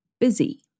busy